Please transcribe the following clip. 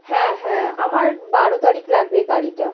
হ্যাঁ হ্যাঁ আমার বারো তারিখ লাগবে গাড়িটা